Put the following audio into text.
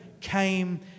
came